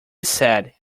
said